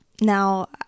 Now